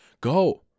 Go